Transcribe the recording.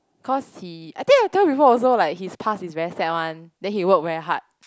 cause he I think I told you before also like his past is very sad one then he work very hard